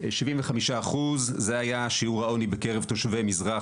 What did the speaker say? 75% זה היה שיעור העוני בקרב תושבי מזרח